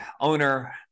owner